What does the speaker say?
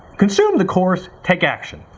consume the course, take action.